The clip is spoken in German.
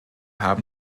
haben